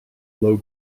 low